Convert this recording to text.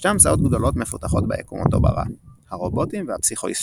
שתי המצאות גדולות מפותחות ביקום אותו ברא הרובוטים והפסיכוהיסטוריה.